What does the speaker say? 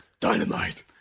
Dynamite